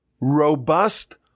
robust